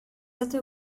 этой